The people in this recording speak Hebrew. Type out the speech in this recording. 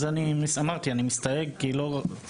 אז הסברתי, אני מסתייג כי לא זה.